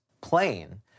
plane